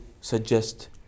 suggest